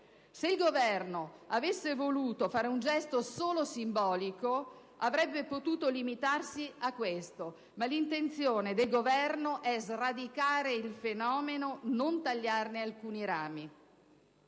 Se il Governo avesse voluto fare un gesto solo simbolico avrebbe potuto limitarsi a questo; ma l'intenzione del Governo è sradicare il fenomeno, non tagliarne alcuni rami.